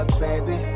baby